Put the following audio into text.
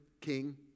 king